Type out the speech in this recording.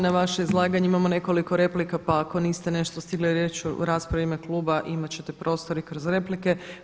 Na vaše izlaganje imamo nekoliko replika pa ako niste nešto stigli reći u raspravi u ime kluba imati ćete prostor i kroz replike.